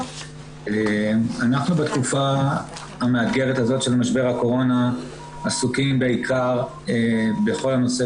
אנחנו בתקופה המאתגרת הזאת של משבר הקורונה עסוקים בעיקר בכל הנושא